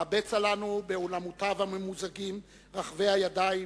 מה בצע לנו באולמותיו הממוזגים רחבי הידיים,